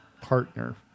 partner